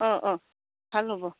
অঁ অঁ ভাল হ'ব